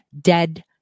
dead